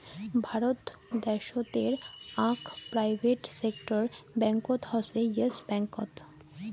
ভারত দ্যাশোতের আক private sector ব্যাঙ্কত হসে ইয়েস ব্যাঙ্কত